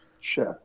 Chef